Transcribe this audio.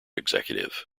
executive